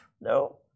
No